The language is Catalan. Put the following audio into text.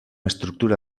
estructura